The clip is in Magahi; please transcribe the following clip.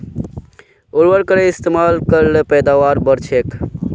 उर्वरकेर इस्तेमाल कर ल पैदावार बढ़छेक